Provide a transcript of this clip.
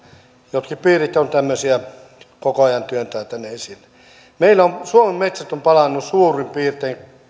jotkin piirit tämmöisiä koko ajan työntää tänne esille suomen metsät ovat palaneet suurin piirtein